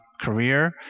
career